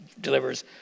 delivers